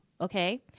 okay